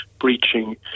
breaching